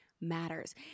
matters